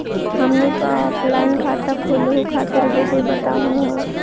हमनी क ऑफलाइन खाता खोलहु खातिर विधि बताहु हो?